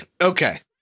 Okay